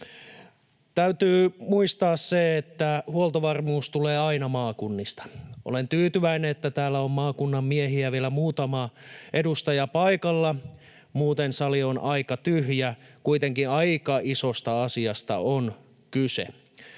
Täytyy muistaa, että huoltovarmuus tulee aina maakunnista. Olen tyytyväinen, että täällä on maakunnan miehiä vielä muutama edustaja paikalla, muuten sali on aika tyhjä — kuitenkin aika isosta asiasta on kyse.